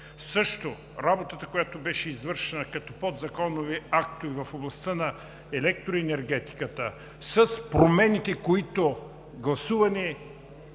Също работата, която беше извършена като подзаконови актове в областта на електроенергетиката с промените, които гласувани